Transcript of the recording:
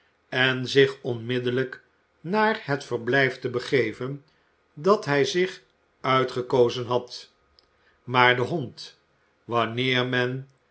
en zich onmiddellijk naar het verblijf te begeven dat hij zich uitgekozen had maar de hond wanneer men